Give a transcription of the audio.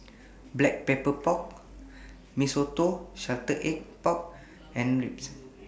Black Pepper Pork Mee Soto and Salted Egg Pork Ribs